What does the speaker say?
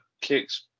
kicks